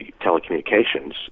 telecommunications